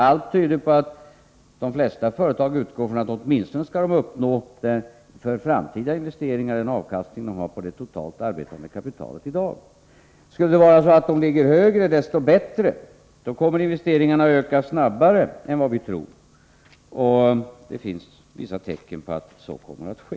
Allt tyder på att de flesta företag utgår från att de för framtida investeringar åtminstone skall få den avkastning de har på det totala arbetande kapitalet i dag. Skulle den ligga högre, desto bättre. Då kommer investeringarna att öka snabbare än vad vi tror, och det finns vissa tecken på att så kommer att ske.